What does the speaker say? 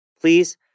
Please